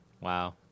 wow